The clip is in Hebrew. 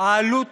העלות